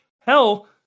Hell